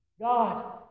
God